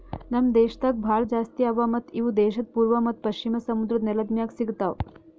ನಮ್ ದೇಶದಾಗ್ ಭಾಳ ಜಾಸ್ತಿ ಅವಾ ಮತ್ತ ಇವು ದೇಶದ್ ಪೂರ್ವ ಮತ್ತ ಪಶ್ಚಿಮ ಸಮುದ್ರದ್ ನೆಲದ್ ಮ್ಯಾಗ್ ಸಿಗತಾವ್